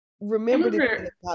remember